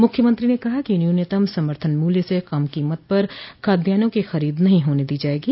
मुख्यमंत्री ने कहा कि न्यूनतम समर्थन मूल्य से कम कीमत पर खाद्यानों की खरीद नहीं होने दी जायेगी